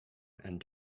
and